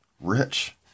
rich